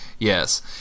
Yes